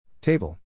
Table